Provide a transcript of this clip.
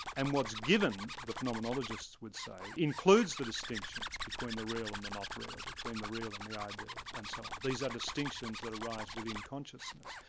and what's given, the phenomenonologists would say, includes the distinction between the real and the not-real, between the real and the ideal, and so on. these are distinctions that arise within consciousness.